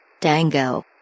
Dango